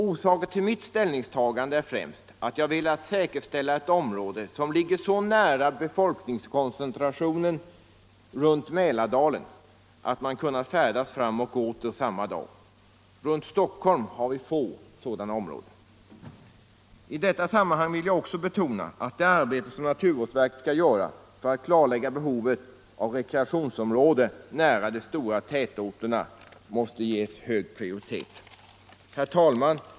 Orsaken till mitt ställningstagande är främst att jag velat säkerställa ett område som ligger så nära befolkningskoncentrationen runt Mälardalen att man kan färdas fram och åter samma dag. Runt Stockholm har vi få sådana områden. I detta sammanhang vill jag också betona att det arbete som naturvårdsverket skall göra för att klarlägga behovet av rekreationsområden nära de stora tätorterna måste ges hög prioritet. Herr talman!